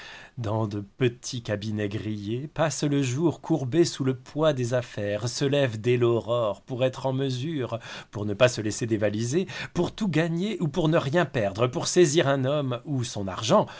dans de petits cabinets grillés passent le jour courbés sous le poids des affaires se lèvent dès l'aurore pour être en mesure pour ne pas se laisser dévaliser pour tout gagner ou pour ne rien perdre pour saisir un homme ou son argent